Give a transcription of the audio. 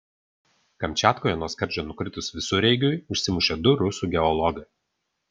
kamčiatkoje nuo skardžio nukritus visureigiui užsimušė du rusų geologai